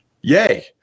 yay